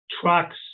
trucks